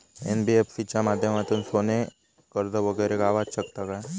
NBFC च्या माध्यमातून सोने कर्ज वगैरे गावात शकता काय?